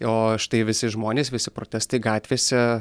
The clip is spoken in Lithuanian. o štai visi žmonės visi protestai gatvėse